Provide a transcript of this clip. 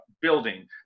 building